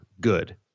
good